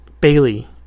Bailey